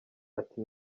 ati